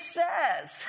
says